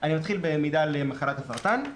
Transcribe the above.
אתחיל במידע על מחלת הסרטן.